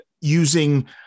using